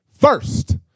first